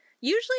Usually